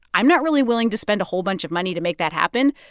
i'm not really willing to spend a whole bunch of money to make that happen.